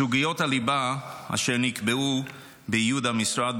סוגיות הליבה אשר נקבעו בייעוד המשרד,